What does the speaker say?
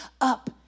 up